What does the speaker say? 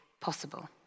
possible